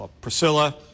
Priscilla